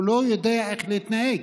הוא לא יודע איך להתנהג,